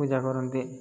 ପୂଜା କରନ୍ତି